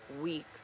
week